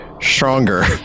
stronger